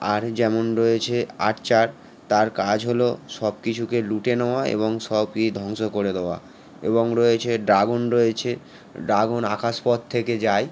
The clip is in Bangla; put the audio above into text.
আর যেমন রয়েছে আর্চার তার কাজ হলো সব কিছুকে লুটে নেওয়া এবং সব কি ধ্বংস করে দেওয়া এবং রয়েছে ড্রাগন রয়েছে ড্রাগন আকাশ পথ থেকে যায়